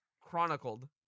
chronicled